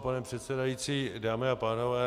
Pane předsedající, dámy a pánové.